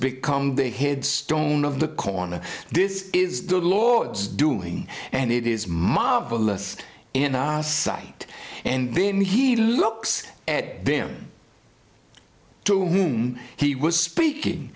become the headstone of the corner this is the lord's doing and it is marvelous in our sight and then he looks at them to whom he was speaking